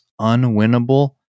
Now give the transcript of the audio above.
unwinnable